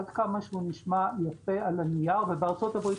עד כמה שהוא נשמע יפה על הנייר ובארצות הברית